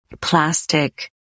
plastic